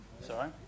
Sorry